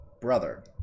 brother